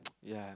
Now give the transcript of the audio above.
yeah